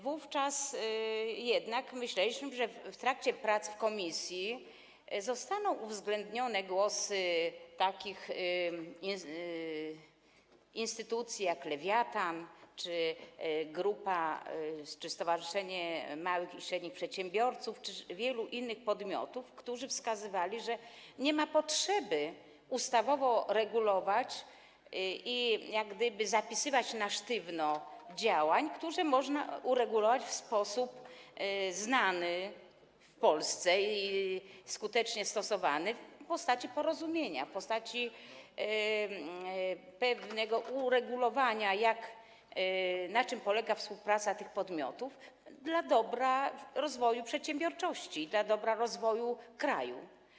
Wówczas myśleliśmy jednak, że w trakcie prac w komisji zostaną uwzględnione opinie takich instytucji jak Lewiatan czy stowarzyszenie małych i średnich przedsiębiorców, czy wielu innych podmiotów, które wskazywały, że nie ma potrzeby ustawowo regulować i zapisywać sztywno działań, które można uregulować w sposób znany w Polsce, skutecznie stosowany - w postaci porozumienia, w postaci pewnego uregulowania, na czym polega współpraca tych podmiotów dla dobra rozwoju przedsiębiorczości i dla dobra rozwoju kraju.